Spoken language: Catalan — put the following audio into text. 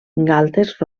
galtes